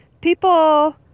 people